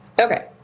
Okay